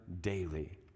daily